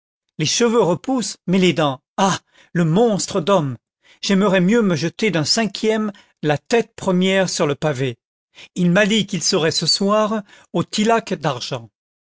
les cheveux repoussent mais les dents ah le monstre d'homme j'aimerais mieux me jeter d'un cinquième la tête la première sur le pavé il m'a dit qu'il serait ce soir au tillac d'argent